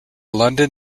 london